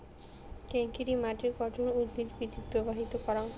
কেঙকরি মাটির গঠন উদ্ভিদ বৃদ্ধিত প্রভাবিত করাং?